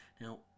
Now